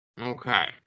Okay